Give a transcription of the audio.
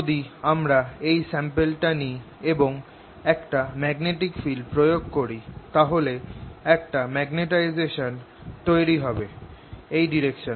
যদি আমরা এই স্যাম্পলটা নি এবং একটা ম্যাগনেটিক ফিল্ড প্রয়োগ করি তাহলে একটা মেগনেটাইজেশান তৈরি হবে এই ডাইরেকশনে